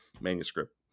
manuscript